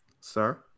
sir